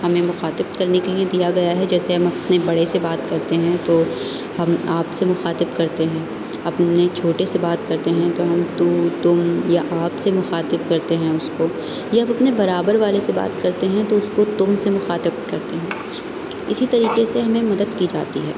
ہمیں مخاطب کرنے کے لیے دیا گیا ہے جیسے ہم اپنے بڑے سے بات کرتے ہیں تو ہم آپ سے مخاطب کرتے ہیں اپنے چھوٹے سے بات کرتے ہیں تو ہم تو تم یا آپ سے مخاطب کرتے ہیں اس کو یا آپ اپنے برابر والے سے بات کرتے ہیں تو اس کو تم سے مخاطب کرتے ہیں اسی طریقے سے ہمیں مدد کی جاتی ہے